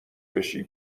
بشی